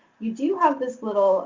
you do have this little